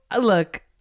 look